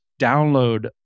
download